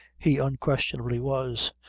he unquestionably was,